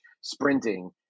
sprinting